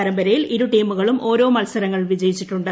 പരമ്പരയിൽ ഇരു ടീമുകളും ഓരോ മത്സരങ്ങൾ വിജയിച്ചിട്ടുണ്ട്